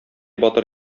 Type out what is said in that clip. батыр